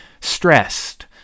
stressed